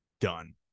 done